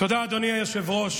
תודה, אדוני היושב-ראש.